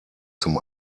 zum